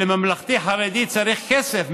ולממלכתי-חרדי צריך כסף.